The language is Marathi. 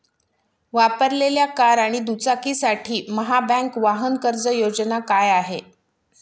वापरलेल्या कार आणि दुचाकीसाठी महाबँक वाहन कर्ज योजना काय आहे?